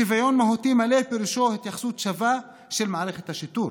שוויון מהותי מלא פירושו התייחסות שווה של מערכות השיטור,